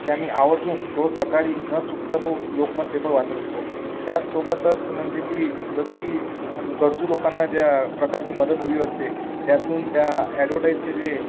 कि आम्ही आवर्जून रोज सकाळी न चुकता तो लोकमत पेपर वाचत असतो त्यासोबतच म्हणजे की जसं की गरजू लोकांना ज्या प्रकारची मदत हवी असते त्यातून त्या ॲडवटाईजचे जे